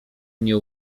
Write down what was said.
mnie